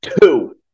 two